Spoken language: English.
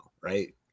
right